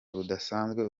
budasanzwe